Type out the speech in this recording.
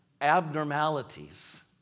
abnormalities